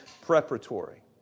preparatory